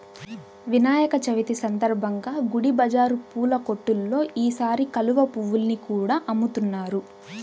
వినాయక చవితి సందర్భంగా గుడి బజారు పూల కొట్టుల్లో ఈసారి కలువ పువ్వుల్ని కూడా అమ్ముతున్నారు